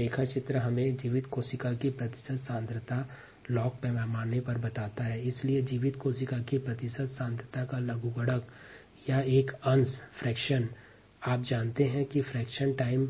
यह ग्राफ हमें जीवित कोशिका की प्रतिशत सांद्रता लॉग स्केल पर बताता है इसलिए जीवित कोशिका की सांद्रता को लोगेरिथम या प्रतिशत फ्रैक्शन टाइम